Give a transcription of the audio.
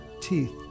teeth